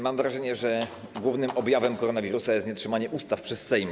Mam wrażenie, że głównym objawem koronawirusa jest nietrzymanie ustaw przez Sejm.